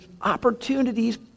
opportunities